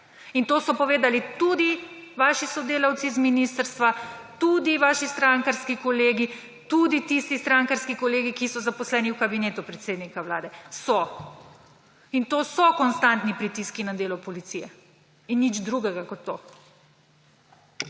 To so povedali tudi vaši sodelavci z ministrstva, tudi vaši strankarski kolegi, tudi tisti strankarski kolegi, ki so zaposleni v kabinetu predsednika vlade. In to so konstantni pritiski na delo policije in nič drugega kot to.